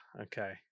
okay